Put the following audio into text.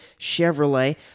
Chevrolet